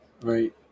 Right